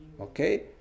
Okay